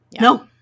No